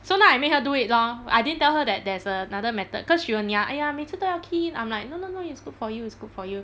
so now I make her do it lor I didn't tell her that there's another method cause she will niam !aiya! 每次都要 key in I'm like no no no it's good for you it's good for you